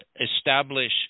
establish